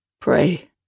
Pray